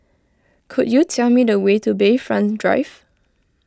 could you tell me the way to Bayfront Drive